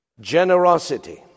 generosity